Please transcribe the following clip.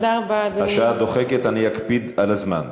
השעה דוחקת, אני אקפיד על הזמן.